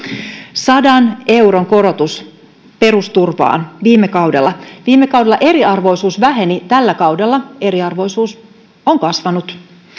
sadan euron korotus perusturvaan viime kaudella viime kaudella eriarvoisuus väheni tällä kaudella eriarvoisuus on kasvanut